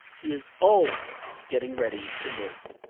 he is always getting ready to live.